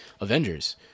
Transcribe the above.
Avengers